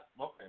Okay